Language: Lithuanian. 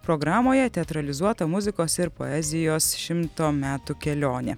programoje teatralizuota muzikos ir poezijos šimto metų kelionė